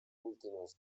últimes